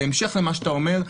בהמשך למה שאתה אומר,